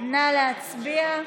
נא להצביע.